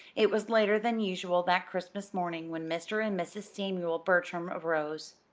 it was later than usual that christmas morning when mr. and mrs. samuel bertram arose.